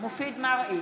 מופיד מרעי,